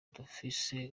dufise